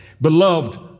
Beloved